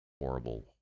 horrible